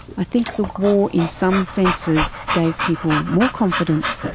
i think the war in some senses gave people more confidence,